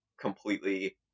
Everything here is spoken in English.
completely